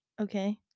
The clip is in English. Okay